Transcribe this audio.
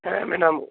হ্যাঁ ম্যাডাম